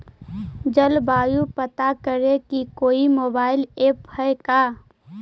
जलवायु पता करे के कोइ मोबाईल ऐप है का?